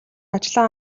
ажлаа